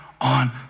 on